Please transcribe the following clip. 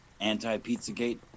anti-Pizzagate